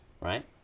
right